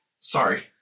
Sorry